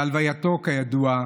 בהלווייתו, כידוע,